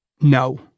No